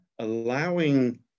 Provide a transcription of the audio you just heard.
allowing